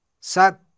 sat